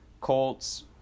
Colts